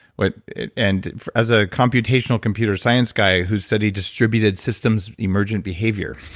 but and as a computational computer science guy who studied distributed systems, emergent behavior.